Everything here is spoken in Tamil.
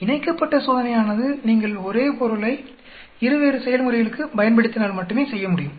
இணைக்கப்பட்ட சோதனையானது நீங்கள் ஒரே பொருளை இரு வேறு செயல்முறைகளுக்கு பயன்படுத்தினால் மட்டுமே செய்ய முடியும்